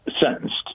sentenced